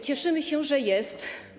Cieszymy się, że jest.